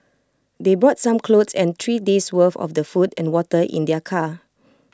they brought some clothes and three days' worth of the food and water in their car